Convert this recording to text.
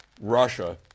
Russia